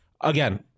Again